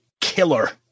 Killer